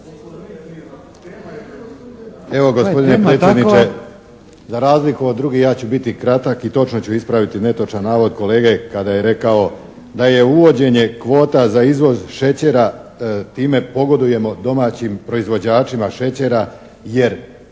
Evo gospodine predsjedniče, za razliku od drugih ja ću biti kratak i točno ću ispraviti netočan navod kolege kada je rekao da je uvođenje kvota za izvoz šećera time pogodujemo domaćim proizvođačima šećera jer